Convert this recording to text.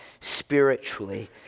spiritually